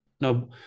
no